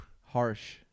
Harsh